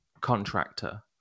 contractor